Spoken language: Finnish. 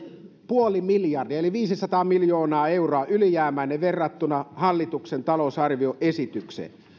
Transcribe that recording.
puoli miljardia eli viisisataa miljoonaa euroa ylijäämäinen verrattuna hallituksen talousarvioesitykseen